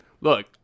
look